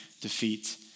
defeat